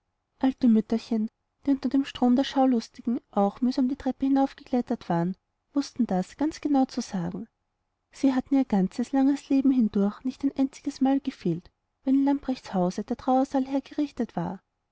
alte mütterchen die unter dem strom von schaulustigen auch mühsam die treppe hinaufgeklettert waren wußten das ganz genau zu sagen sie hatten ihr ganzes langes leben hindurch nicht ein einziges mal gefehlt wenn in lamprechts hause der trauersaal hergerichtet war